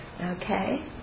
okay